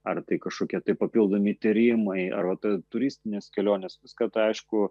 ar tai kažkokie tai papildomi tyrimai ar turistinės kelionės viską tą aišku